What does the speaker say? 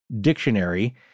dictionary